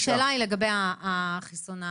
אז השאלה היא לגבי החיסון השלישי.